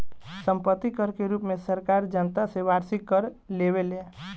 सम्पत्ति कर के रूप में सरकार जनता से वार्षिक कर लेवेले